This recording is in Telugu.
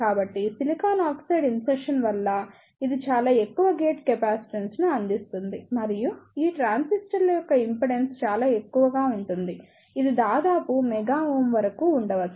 కాబట్టి సిలికాన్ ఆక్సైడ్ ఇన్సర్షన్ వల్ల ఇది చాలా ఎక్కువ గేట్ కెపాసిటెన్స్ను అందిస్తుంది మరియు ఈ ట్రాన్సిస్టర్ల యొక్క ఇంపెడెన్స్ చాలా ఎక్కువగా ఉంటుంది ఇది దాదాపు మెగా ఓం వరకు ఉండవచ్చు